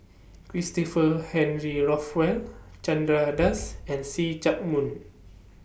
Christopher Henry Rothwell Chandra Das and See Chak Mun